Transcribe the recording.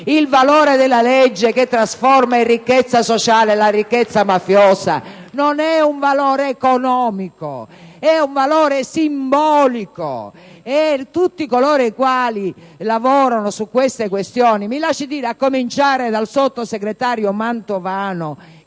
Il valore della legge che trasforma in ricchezza sociale la ricchezza mafiosa non è un valore economico: è un valore simbolico, e tutti coloro i quali lavorano su queste questioni - mi lasci dire, a cominciare dal sottosegretario Mantovano,